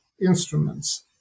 instruments